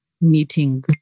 meeting